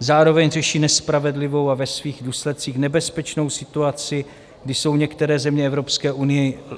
Zároveň řeší nespravedlivou a ve svých důsledcích nebezpečnou situaci, kdy jsou některé země Evropské